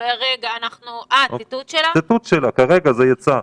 כרגע זה יצא,